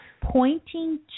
pointing